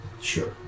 Sure